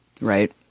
right